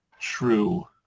True